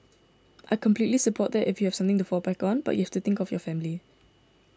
I completely support that if you have something to fall back on but you have to think of your family